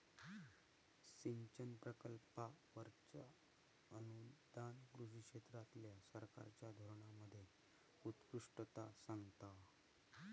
सिंचन प्रकल्पांवरचा अनुदान कृषी क्षेत्रातल्या सरकारच्या धोरणांमध्ये उत्कृष्टता सांगता